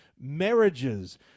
marriages